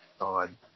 on